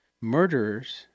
murderers